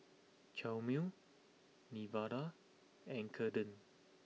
Chalmer Nevada and Kaeden